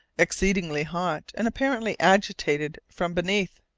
exceedingly hot, and apparently agitated from beneath.